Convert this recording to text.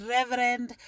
Reverend